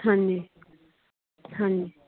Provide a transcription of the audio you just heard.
ਹਾਂਜੀ ਹਾਂਜੀ